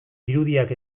irudiak